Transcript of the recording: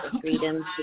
freedom